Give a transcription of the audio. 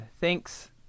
thanks